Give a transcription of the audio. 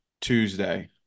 Tuesday